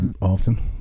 often